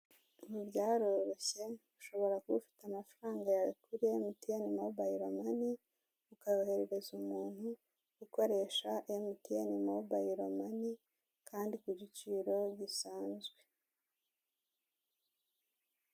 Ibintu byaroroshye ushobora kuba ufite amafaranga yawe kuri MTN Mobile Money, ukayoherereza umuntu ukoresha MTN Mobile Money kandi ku giciro gisanzwe.